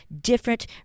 different